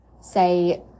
say